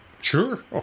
Sure